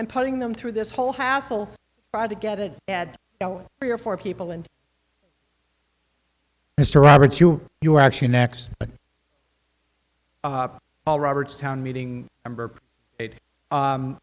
and putting them through this whole hassle to get it at three or four people and mr roberts you you actually next but paul roberts town meeting num